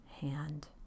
hand